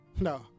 No